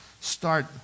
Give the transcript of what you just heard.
Start